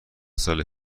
سال